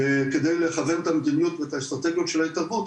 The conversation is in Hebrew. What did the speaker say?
כדי לכוון את המדיניות ואת האסטרטגיות של ההתערבות,